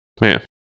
Man